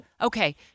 Okay